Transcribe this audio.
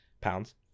pounds